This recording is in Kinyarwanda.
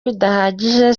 bidahagije